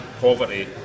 poverty